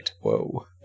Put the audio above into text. Whoa